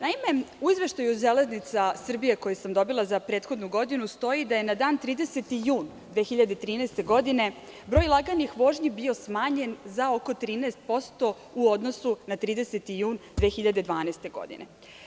Naime, u izveštaju „Železnica Srbije“ koji sam dobila za prethodnu godinu stoji da je na dan 30. jun 2013. godine broj laganih vožnji bio smanjen za oko 13% u odnosu na 30. jun 2012. godine.